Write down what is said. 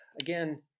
again